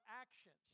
actions